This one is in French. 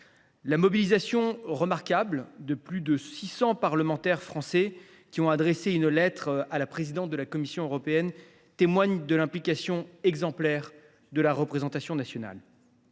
La mobilisation remarquable de plus de 600 parlementaires français, qui ont adressé une lettre à la présidente de la Commission européenne, témoigne de l’implication exemplaire de la représentation nationale.